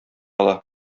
ала